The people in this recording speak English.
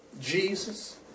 Jesus